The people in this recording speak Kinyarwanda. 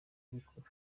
kubikora